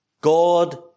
God